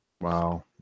Wow